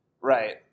Right